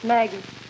Maggie